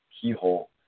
Keyhole